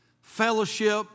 fellowship